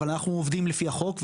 אבל אנחנו עובדים לפי החוק,